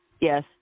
Yes